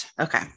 okay